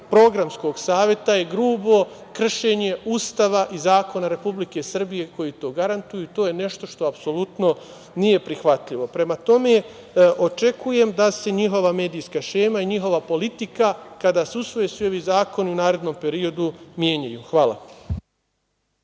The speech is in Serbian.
programskog saveta je grubo kršenje Ustava i zakona Republike Srbije koji to garantuju. To je nešto što apsolutno nije prihvatljivo. Prema tome, očekujem da se njihova medijska šema i njihova politika, kada se usvoje svi ovi zakoni u narednom periodu menja. Hvala.